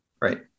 Right